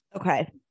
Okay